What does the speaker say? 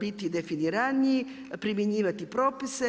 biti definiraniji, primjenjivati propise.